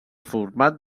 format